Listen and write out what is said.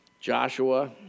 Joshua